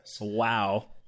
Wow